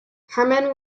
hermann